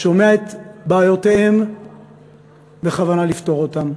שומע את בעיותיהם בכוונה לפתור אותן.